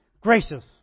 gracious